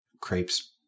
crepes